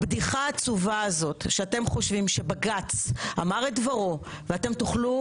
הבדיחה העצובה היא שאתם חושבים שבג"צ אמר את דברו ואתם תוכלו